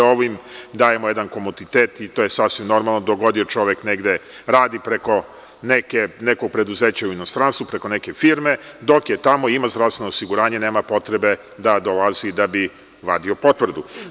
Ovim dajemo jedan komoditet i to je sasvim normalno, dok god čovek negde radi, za neko preduzeće u inostranstvu, preko neke firme, dok je tamo ima zdravstveno osiguranje nema potrebe da dolazi da bi vadio potvrdu.